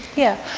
yeah.